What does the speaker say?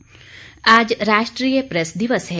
press दिवस आज राष्ट्रीय प्रेस दिवस है